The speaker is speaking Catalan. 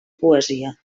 poesia